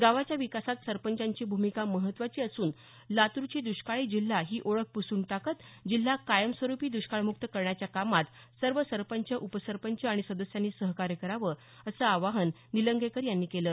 गावाच्या विकासात सरपंचांची भूमिका महत्त्वाची असून लातूरची द्ष्काळी जिल्हा ही ओळख पुसून टाकत जिल्हा कायमस्वरुपी दष्काळम्क्त करण्याच्या कामात सर्व सरपंच उपसरपंच आणि सदस्यांनी सहकार्य करावं असं आवाहन निलंगेकर यांनी केलं